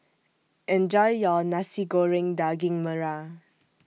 Enjoy your Nasi Goreng Daging Merah